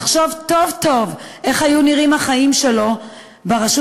לחשוב טוב-טוב איך היו נראים החיים שלו ברשות